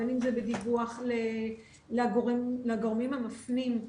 בין אם זה בדיווח לגורמים המפנים,